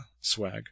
swag